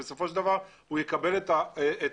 בסופו של דבר הוא יקבל את ההודעה.